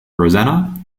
rosanna